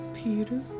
Peter